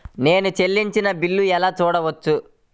నేను చెల్లించిన బిల్లు ఎలా చూడవచ్చు?